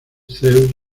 zeus